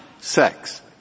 sex